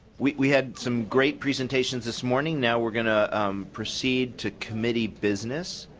we we had some great presentation this morning. now we are going to proceed to committee business.